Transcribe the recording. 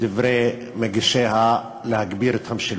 לדברי מגישיה, להגביר את המשילות.